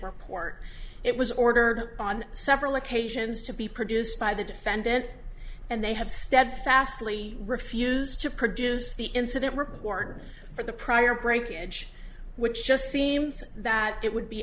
report it was ordered on several occasions to be produced by the defendant and they have steadfastly refused to produce the incident report for the prior breakage which just seems that it would be